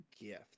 gift